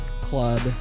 club